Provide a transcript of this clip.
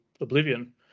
oblivion